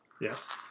Yes